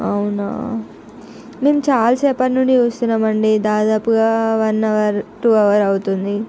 అవునా మేము చాలా సేపటి నుండి చూస్తున్నాం అండి దాదాపుగా వన్ అవర్ టూ అవర్ అవుతుంది